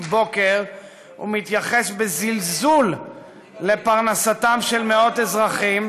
בוקר ומתייחס בזלזול לפרנסתם של מאות אזרחים,